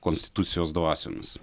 konstitucijos dvasiomis